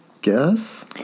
Guess